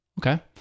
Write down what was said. Okay